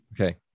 Okay